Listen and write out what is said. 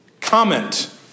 comment